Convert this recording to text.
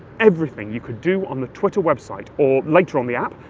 everything you could do on the twitter website, or later, on the app,